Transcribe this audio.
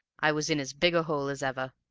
i was in as big a hole as ever.